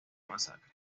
masacre